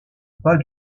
pas